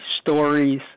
stories